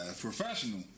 Professional